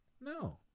No